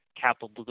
capital